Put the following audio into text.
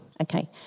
Okay